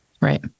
Right